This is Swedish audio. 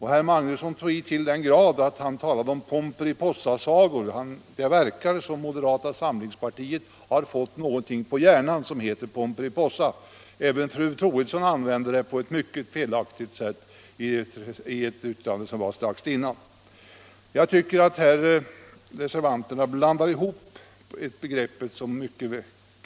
Herr Magnusson i Borås tog i till den grad att han talade om Pomperipossasagor. Det verkar som om moderata samlingspartiet har fått något som kallas Pomperipossa på hjärnan. Även fru Troedsson använde det ordet på ett mycket felaktigt sätt i ett anförande strax innan. Jag tycker att reservanterna här blander ihop begreppen.